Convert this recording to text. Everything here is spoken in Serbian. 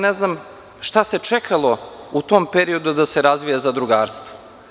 Ne znam šta se čekalo u tom periodu da se razvija zadrugarstvo?